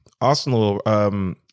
Arsenal